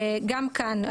גם כאן,